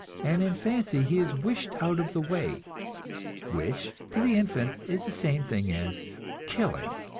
and in fancy he is wished out of the way which to the infant is the same thing as killing.